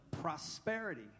prosperity